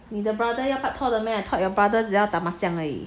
你的 brother 要 paktor 的 meh I thought 你的 brother 子要打麻将而已